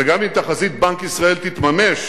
וגם אם תחזית בנק ישראל תתממש